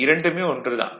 இரண்டுமே ஒன்றுதான்